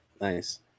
nice